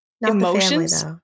Emotions